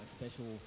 special